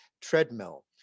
treadmill